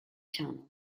channel